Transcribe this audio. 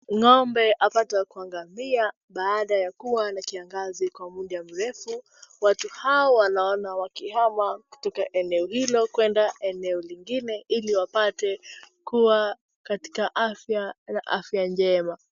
Ngombe apatwa akiangamia baada ya kuwa na kiangazi kwa buda mrefu, watu hawa wanaonwa wakihama kutoka eneo hilo kuenda eneo lingine ili wapate kuwa katika afya njema.